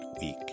week